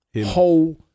whole